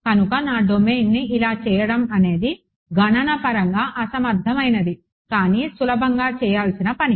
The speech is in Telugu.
కనుక నా డొమైన్ను ఇలా చేయడం అనేది గణనపరంగా అసమర్థమైనది కానీ సులభంగా చేయాల్సిన పని